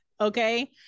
Okay